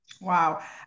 Wow